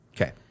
Okay